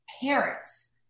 parents